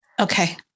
Okay